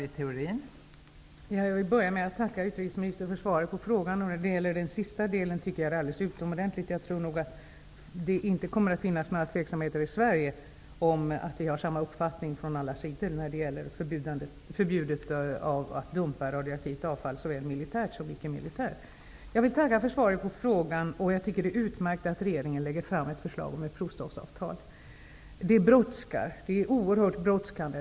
Fru talman! Jag vill börja med att tacka utrikesministern för svaret på frågan. Den sista delen tycker jag är alldeles utomordentlig. Jag tror inte att det kommer att finnas några tveksamheter i Sverige om att vi från alla sidor har samma uppfattning när det gäller förbud mot att dumpa radioaktivt avfall, såväl militärt som icke militärt. Jag vill tacka för svaret på frågan och säga att jag tycker att det är utmärkt att regeringen lägger fram ett förslag om ett provstoppsavtal. Det brådskar. Det är oerhört brådskande.